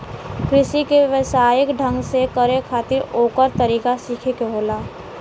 कृषि के व्यवसायिक ढंग से करे खातिर ओकर तरीका सीखे के होला